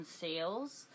sales